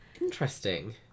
interesting